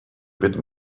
bit